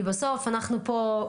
כי בסוף אנחנו פה,